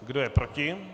Kdo je proti?